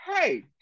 hey